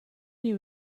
you